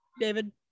David